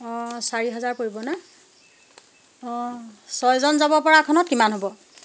অ' চাৰি হাজাৰ পৰিব না অ' ছয়জন যাব পৰা খনত কিমান হ'ব